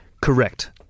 correct